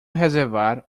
reservar